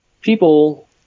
people